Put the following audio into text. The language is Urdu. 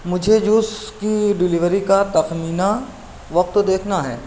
مجھے جوس کی ڈیلیوری کا تخمینہ وقت دیکھنا ہے